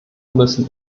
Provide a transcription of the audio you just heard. müssen